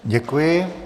Děkuji.